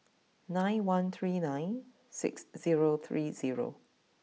nine one three nine six zero three zero